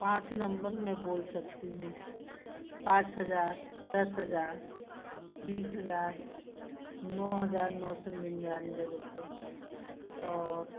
पाँच नंबर मैं बोल सकती हूँ पाँच हज़ार दस हज़ार बीस हज़ार नौ हज़ार नौ सौ निन्यानवे रुपये और